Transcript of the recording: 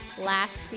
last